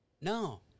No